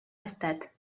estat